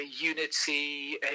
unity